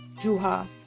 Juha